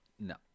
no